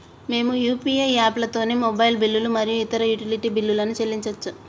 మేము యూ.పీ.ఐ యాప్లతోని మొబైల్ బిల్లులు మరియు ఇతర యుటిలిటీ బిల్లులను చెల్లించచ్చు